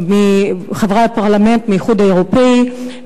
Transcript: חברי הפרלמנט מהאיחוד האירופי,